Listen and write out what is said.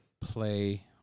play